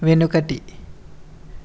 వెనుకటి